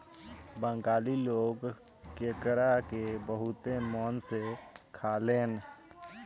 बंगाली लोग केकड़ा के बहुते मन से खालेन